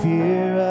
Fear